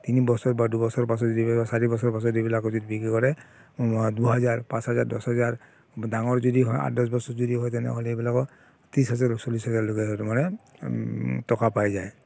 তিনিবছৰ বা দুবছৰ পাছত কেতিয়াবা চাৰিবছৰ পাছত এইবিলাকক যদি বিক্ৰী কৰে দুহাজাৰ পাঁচ হাজাৰ দহ হাজাৰ ডাঙৰ যদি হয় আঠ দহ বছৰ যদি হয় তেনেহ'লে এইবিলাকৰ ত্ৰিছ হাজাৰ চল্লিছ হাজাৰলৈকে সেইটো মানে টকা পাই যায়